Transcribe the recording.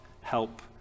help